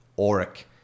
auric